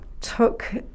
took